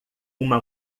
uma